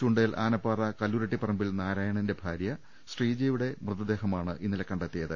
ചുണ്ടേൽ ആനപ്പാറ കല്പുരുട്ടിപറമ്പിൽ നാരായണന്റെ ഭാര്യ ശ്രീജയുടെ മൃതദേഹമാണ് ഇന്നലെ കണ്ടെത്തിയത്